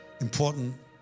important